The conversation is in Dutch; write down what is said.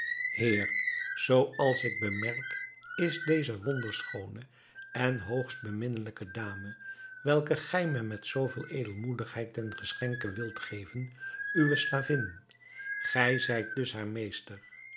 heer zooals ik bemerk is deze wonderschoone en hoogst beminnelijke dame welke gij mij met zooveel edelmoedigheid ten geschenke wilt geven uwe slavin gij zijt dus haar meester